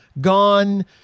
gone